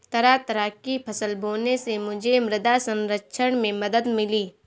तरह तरह की फसल बोने से मुझे मृदा संरक्षण में मदद मिली